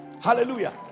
Hallelujah